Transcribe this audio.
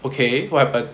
okay what happen